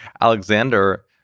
Alexander